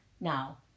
now